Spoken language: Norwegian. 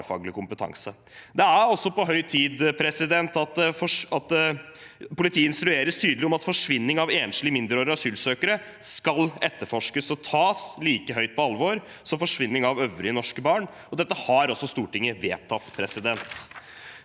Det er også på høy tid at politiet instrueres tydelig om at forsvinning av enslige mindreårige asylsøkere skal etterforskes og tas like høyt på alvor som forsvinning av øvrige norske barn, og dette har Stortinget også vedtatt.